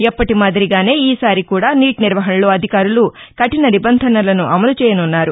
ఎప్పటీ మాదిరిగానే ఈసారి కూడా నీట్ నిర్వహణలో అధికారులు కఠిన నిబంధనలసు అమలు చేయనున్నారు